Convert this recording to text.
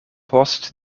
post